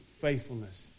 faithfulness